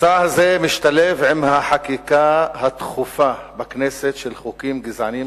המסע הזה משתלב עם החקיקה התכופה בכנסת של חוקים גזעניים,